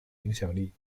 影响力